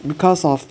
because of